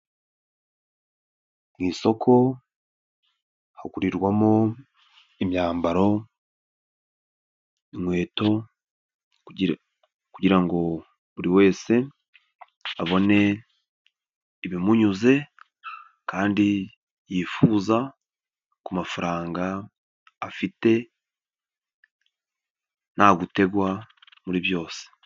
Mu isoko hagurirwamo imyambaro, inkweto kugira ngo buri wese abone ibimunyuze kandi yifuza, ku mafaranga afite ntagutegwa muri byose.